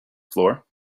floor